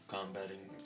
Combating